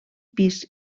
pis